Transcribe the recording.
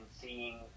seeing